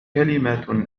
كلمة